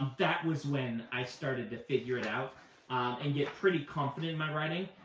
that was when i started to figure it out and get pretty confident in my writing.